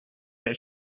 that